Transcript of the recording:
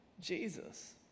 Jesus